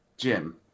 Jim